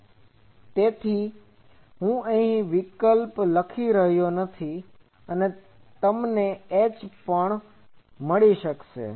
તેથી તેથી જ હું વિકલ્પ લખી રહ્યો નથી અને તમને H પણ મળશે